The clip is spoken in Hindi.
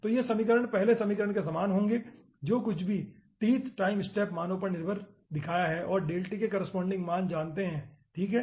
तो ये समीकरण पहले समीकरण के समान होंगे जो कुछ भी मैंने tth टाइम स्टेप मानों पर निर्भर दिखाया है और के कॉरेस्पोंडिंग मान जानते हैं ठीक है